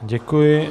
Děkuji.